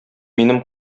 минем